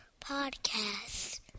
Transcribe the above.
Podcast